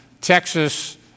Texas